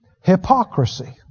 hypocrisy